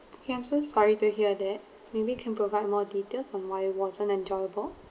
okay I'm so sorry to hear that maybe you can provide more details on why it wasn't enjoyable